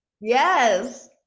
Yes